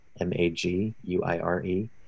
M-A-G-U-I-R-E